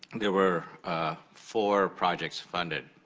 there were four projects funded